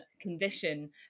condition